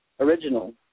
original